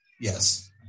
Yes